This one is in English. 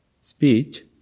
speech